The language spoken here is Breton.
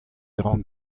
ran